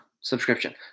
subscription